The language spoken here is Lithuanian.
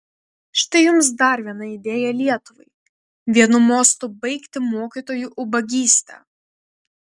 štai jums dar viena idėja lietuvai vienu mostu baigti mokytojų ubagystę